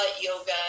yoga